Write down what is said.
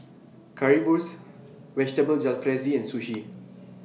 Currywurst Vegetable Jalfrezi and Sushi